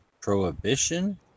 Prohibition